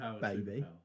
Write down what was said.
baby